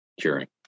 curing